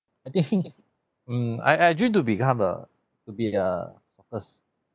I think mm I I dream to become a to be a first